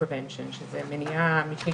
שהממשלה היא האחראית,